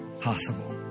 possible